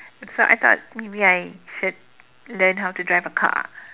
so I thought maybe I should learn how to drive a car